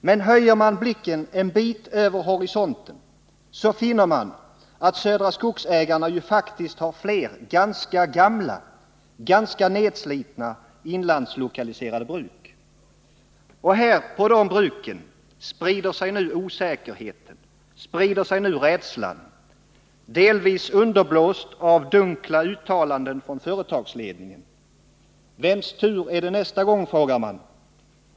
Men höjer man blicken en bit över horisonten, så finner man att Södra Skogsägarna faktiskt har fler ganska gamla, ganska nedslitna inlandslokaliserade bruk, och på de bruken sprider sig nu osäkerheten, sprider sig nu rädslan — delvis underblåst av dunkla uttalanden från företagsledningen. Vems tur är det nästa gång? frågar man.